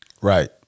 Right